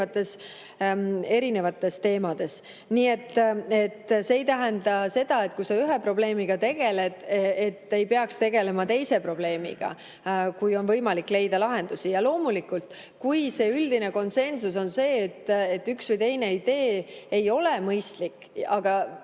erinevates teemades. Nii et see ei tähenda seda, et kui sa ühe probleemiga tegeled, siis sa ei peaks tegelema teise probleemiga, kui on võimalik leida lahendusi. Loomulikult, kui üldine konsensus on see, et üks või teine idee ei ole mõistlik,